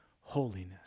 holiness